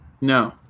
No